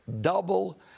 double